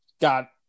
got